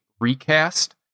recast